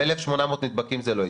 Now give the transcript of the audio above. גם 1,800 נדבקים זה לא הגיוני.